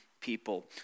people